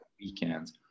weekends